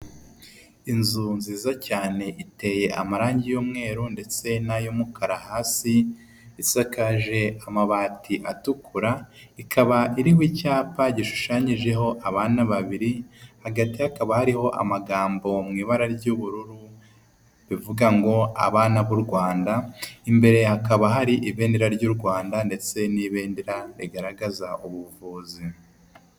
Inzu nziza cyane iteye amarangi y'umweru ndetse nay'umukara hasi, isakaje amabati atukura. Ikaba iriho icyapa gishushanyijeho abana babiri, hagati hakaba hariho amagambo mu ibara ry'ubururu bivuga ngo abana b'u Rwanda. Imbere hakaba hari ibendera ry'u Rwanda ndetse n'ibendera rigaragaza ubuvuzi.